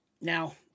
Now